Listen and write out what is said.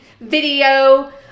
video